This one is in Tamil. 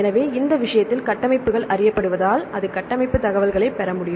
எனவே இந்த விஷயத்தில் கட்டமைப்புகள் அறியப்படுவதால் அது கட்டமைப்பு தகவல்களைப் பெற வேண்டும்